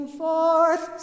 forth